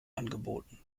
angeboten